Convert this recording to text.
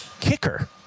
kicker